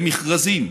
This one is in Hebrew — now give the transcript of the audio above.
למכרזים,